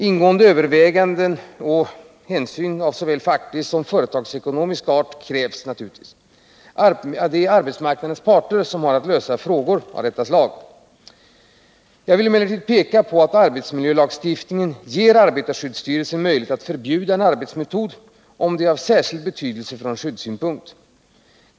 Ingående överväganden och hänsynstaganden av såväl facklig som företagsekonomisk art krävs naturligtvis. Arbetsmarknadens parter har att lösa frågor av det slaget. Jag vill emellertid peka på att arbetsmiljölagstiftningen ger arbetarskyddsstyrelsen möjlighet att förbjuda en arbetsmetod, om det är av särskild betydelse från skyddssynpunkt.